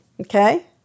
Okay